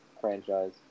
franchise